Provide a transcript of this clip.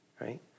right